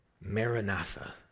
Maranatha